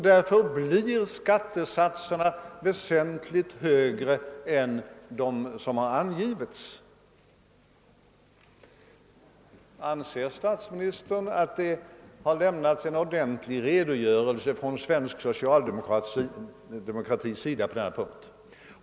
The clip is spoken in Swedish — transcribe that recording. Därför blir skattesatserna i verkligheten väsentligt högre än de som angivits. Anser statsministern att det har lämnats en ordentlig redogörelse från svensk socialdemokratis sida på denna punkt?